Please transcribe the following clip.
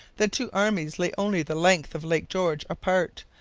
the two armies lay only the length of lake george apart,